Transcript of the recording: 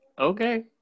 Okay